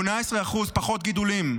18% פחות גידולים.